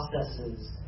processes